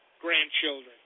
grandchildren